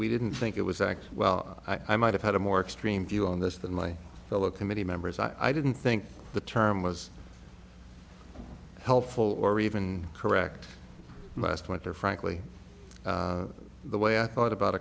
we didn't think it was act well i might have had a more extreme view on this than my fellow committee members i didn't think the term was helpful or even correct my smiter frankly the way i thought about